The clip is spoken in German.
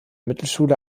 mittelschule